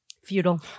Feudal